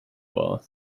war